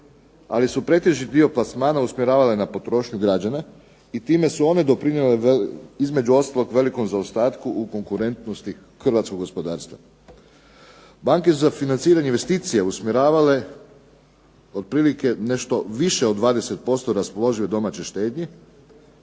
ali su pretežit dio plasmana usmjeravale na potrošnju građana i time su one doprinijele između ostalog velikom zaostatku u konkurentnosti hrvatskog gospodarstva. Banke su za financiranje investicija usmjeravale otprilike nešto više od 20% raspoložive domaće štednje